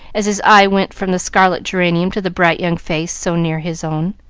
as his eye went from the scarlet geranium to the bright young face so near his own.